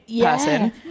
person